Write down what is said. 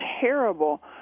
terrible